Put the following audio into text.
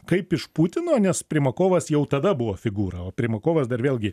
kaip iš putino nes primakovas jau tada buvo figūra o primakovas dar vėlgi